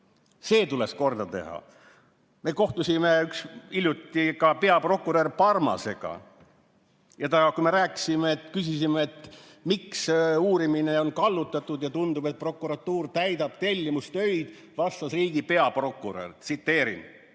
See tuleks korda teha. Me kohtusime hiljuti ka peaprokurör Parmasega. Ja kui me rääkisime, küsisime, miks uurimine on kallutatud ja tundub, et prokuratuur täidab tellimustöid, vastas riigi peaprokurör: ise